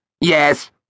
Yes